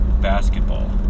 basketball